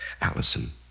Allison